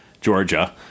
Georgia